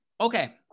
Okay